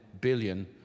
billion